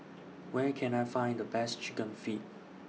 Where Can I Find The Best Chicken Feet